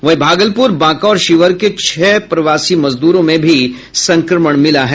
वहीं भागलपुर बांका और शिवहर के छह प्रवासी मजदूरों में भी संक्रमण मिला है